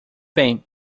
bem